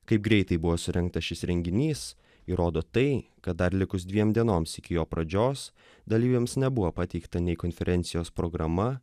kaip greitai buvo surengtas šis renginys įrodo tai kad dar likus dviem dienoms iki jo pradžios dalyviams nebuvo pateikta nei konferencijos programa